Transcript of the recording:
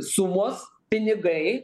sumos pinigai